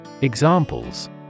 Examples